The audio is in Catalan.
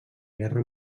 guerra